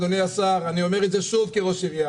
אדוני השר, אני אומר את זה שוב כראש עירייה